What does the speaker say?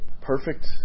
perfect